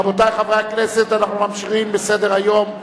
רבותי חברי הכנסת, אנחנו ממשיכים בסדר-היום.